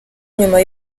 nyuma